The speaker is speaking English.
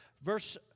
verse